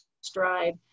stride